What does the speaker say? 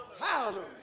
Hallelujah